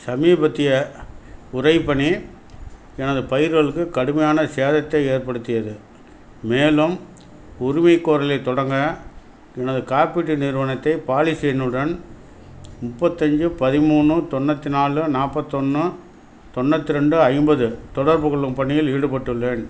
சமீபத்திய உறைபனி எனது பயிர்களுக்குக் கடுமையான சேதத்தை ஏற்படுத்தியது மேலும் உரிமைகோரலைத் தொடங்க எனது காப்பீட்டு நிறுவனத்தை பாலிசி எண்ணுடன் முப்பத்தஞ்சு பதிமூணு தொண்ணூற்றி நாலு நாற்பத்தொன்னு தொண்ணூற்றி ரெண்டு ஐம்பது தொடர்புகொள்ளும் பணியில் ஈடுபட்டுள்ளேன்